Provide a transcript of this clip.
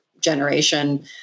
generation